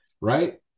Right